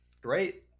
Great